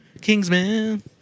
Kingsman